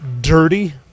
Dirty